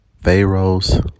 Pharaoh's